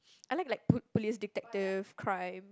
I like like pol~ police detective crime